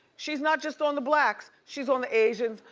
she's not just on the blacks, she's on the asians.